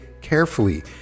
carefully